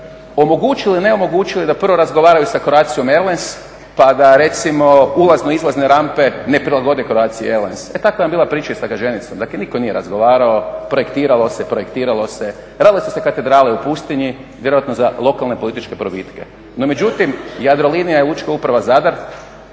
omogućili, ne omogućili da prvo razgovaraju sa Croatia airlines pa da recimo ulazno-izlazne rampe ne prilagode Croatia airlines. E takva vam je bila priča i sa Gaženicom, dakle nitko nije razgovarao, projektiralo se, radile su se katedrale u pustinji vjerojatno za lokalne političke probitke. No međutim, Jadrolinija i Lučka uprava Zadar